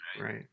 Right